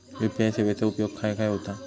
UPI सेवेचा उपयोग खाय खाय होता?